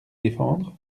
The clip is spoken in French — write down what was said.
défendre